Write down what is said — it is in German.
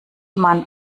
man